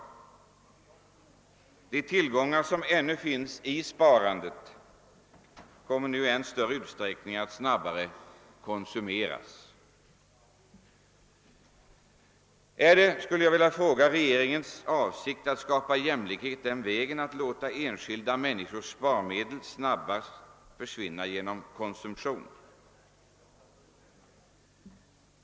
De tillgångar som ännu finns i sparandet kommer nu i än högre grad att konsumeras. Jag skulle vilja fråga om det är regeringens avsikt att skapa jämlikhet genom att låta enskilda människors sparmedel snabbt försvinna genom konsumtion.